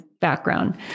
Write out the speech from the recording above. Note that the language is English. background